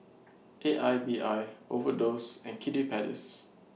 A I B I Overdose and Kiddy Palace